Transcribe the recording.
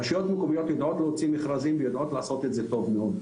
רשויות מקומיות יודעות להוציא מכרזים ויודעות לעשות את זה טוב מאוד.